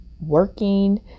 working